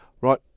Right